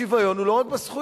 השוויון הוא לא רק בזכויות,